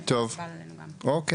טוב, אוקיי.